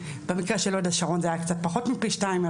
במקרה של הוד השרון זה היה קצת פחות מפי שניים,